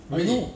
I know